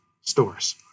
stores